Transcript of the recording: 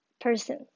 person